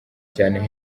cyane